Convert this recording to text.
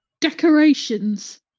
Decorations